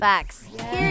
Facts